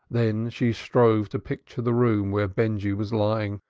then she strove to picture the room where benjy was lying,